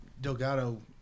Delgado